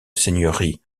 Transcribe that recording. seigneurie